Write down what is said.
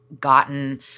gotten